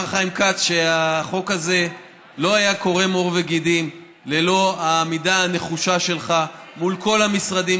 החוק הזה לא היה קורם עור וגידים ללא העמידה הנחושה שלך מול כל המשרדים,